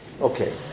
Okay